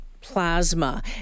plasma